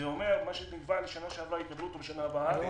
זה אומר שמה שנקבע לשנה שעברה יקבלו אותו בשנה הבאה.